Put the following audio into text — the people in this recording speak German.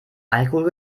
alkohol